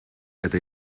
это